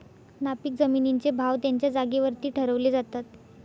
नापीक जमिनींचे भाव त्यांच्या जागेवरती ठरवले जातात